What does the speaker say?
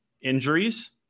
injuries